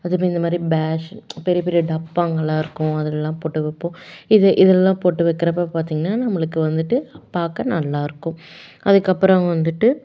அதுக்கப்புறம் இந்த மாதிரி பேஷ் பெரிய பெரிய டப்பாங்களெல்லாம் இருக்கும் அதுலெல்லாம் போட்டு வைப்போம் இது இதுலெல்லாம் போட்டு வைக்கிறப்ப பார்த்தீங்கன்னா நம்மளுக்கு வந்துட்டு பார்க்க நல்லாயிருக்கும் அதுக்கப்புறம் வந்துட்டு